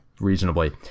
reasonably